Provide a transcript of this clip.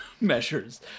measures